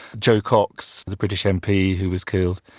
jo cox, the british mp who was killed,